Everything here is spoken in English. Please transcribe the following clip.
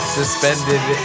suspended